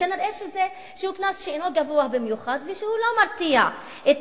וכנראה הוא קנס שאינו גבוה במיוחד והוא לא מרתיע את